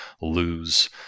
lose